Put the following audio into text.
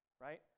right